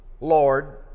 Lord